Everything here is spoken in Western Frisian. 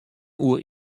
oer